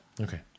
Okay